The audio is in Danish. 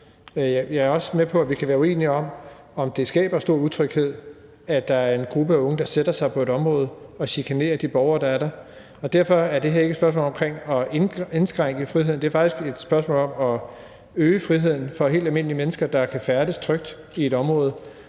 Jeg er også med på, at vi kan være uenige om, om det skaber stor utryghed, at der er en gruppe af unge, der sætter sig på et område og chikanerer de borgere, der er der. Derfor er det her ikke et spørgsmål om at indskrænke friheden, det er faktisk et spørgsmål om at øge friheden for helt almindelige mennesker, der kan færdes trygt i et område